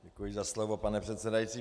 Děkuji za slovo, pane předsedající.